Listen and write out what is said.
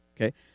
Okay